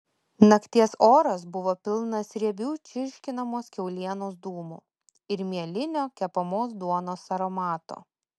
nakties oras buvo pilnas riebių čirškinamos kiaulienos dūmų ir mielinio kepamos duonos aromato